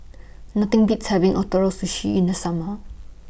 Nothing Beats having Ootoro Sushi in The Summer